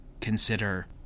consider